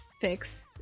fix